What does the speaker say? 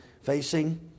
facing